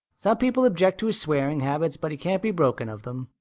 some people object to his swearing habits but he can't be broken of them.